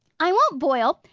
i won't boil.